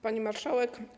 Pani Marszałek!